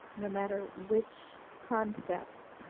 no matter which concept,